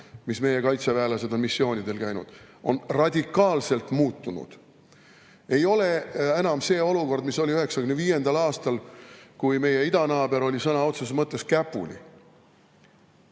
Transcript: kui meie kaitseväelased on missioonidel käinud. Radikaalselt muutunud! Ei ole enam see olukord, mis oli 1995. aastal, kui meie idanaaber oli sõna otseses mõttes käpuli.